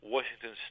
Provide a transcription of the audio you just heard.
Washington